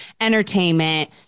entertainment